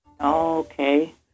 okay